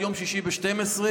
עד יום שישי ב-12:00.